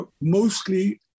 mostly